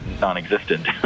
non-existent